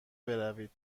بروید